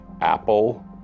apple